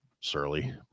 surly